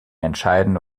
entscheidende